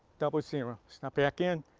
double zero. step back in.